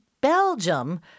Belgium